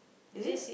is it